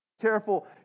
Careful